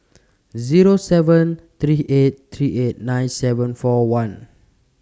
Zero seven three eight three eight nine seven four one